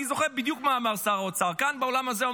אני זוכר בדיוק מה אמר שר האוצר כאן, באולם הזה.